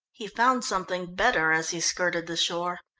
he found something better as he skirted the shore.